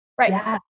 Right